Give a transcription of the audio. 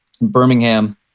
Birmingham